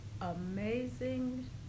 Amazing